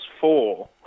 four